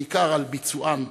בעיקר, על ביצוען.